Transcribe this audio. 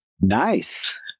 Nice